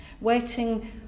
Waiting